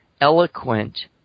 eloquent